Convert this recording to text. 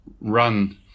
run